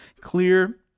clear